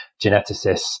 geneticists